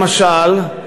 למשל,